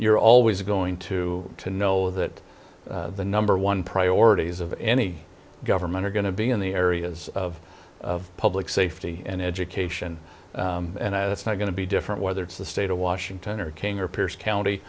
you're always going to to know that the number one priorities of any government are going to be in the areas of public safety and education and i that's not going to be different whether it's the state of washington or king or pierce county